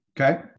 Okay